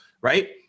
right